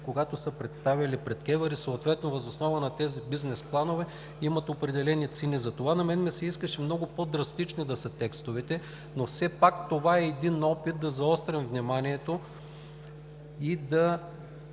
които са представяли пред КЕВР, и съответно въз основа на тези бизнес планове имат определени цени. Затова на мен ми се искаше много по-драстични да са текстовете, но все пак това е един опит да заострим вниманието и да